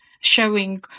showing